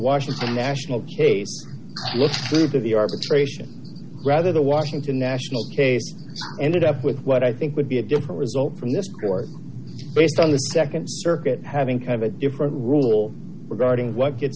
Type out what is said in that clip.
washington national case through to the arbitration rather the washington nationals case ended up with what i think would be a different result from this court based on the nd circuit having kind of a different rule regarding what